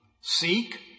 seek